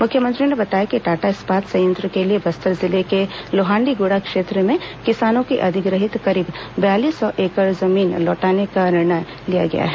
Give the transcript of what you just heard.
मुख्यमंत्री ने बताया कि टाटा इस्पात संयंत्र के लिए बस्तर जिले के लोहांडीगुड़ा क्षेत्र में किसानों की अधिग्रहित करीब बयालीस सौ एकड़ जमीन लौटाने का निर्णय लिया गया है